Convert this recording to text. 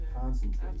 concentrate